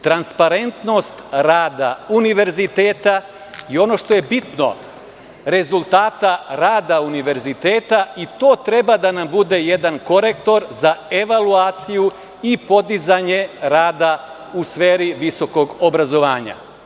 Transparentnost rada univerziteta i ono što je bitno, rezultata rada univerziteta i to treba da nam bude jedan korektor za evaluaciju i podizanje rada u sferi visokog obrazovanja.